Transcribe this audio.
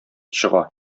чыга